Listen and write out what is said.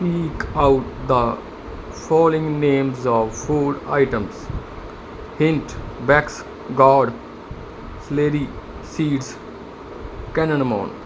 speak out the filling names of food item hint wax god flurry seeds cannon ਮੋਨ